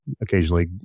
occasionally